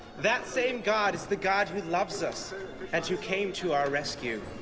that same god is the god who loves us and who came to our rescue.